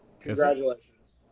congratulations